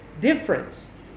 difference